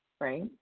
right